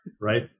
right